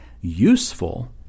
useful